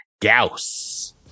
Gauss